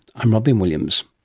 i'm robyn williams